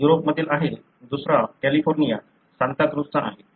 हा युरोपमधील आहे दुसरा कॅलिफोर्निया सांताक्रूझचा आहे